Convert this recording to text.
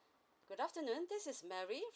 good afternoon this is mary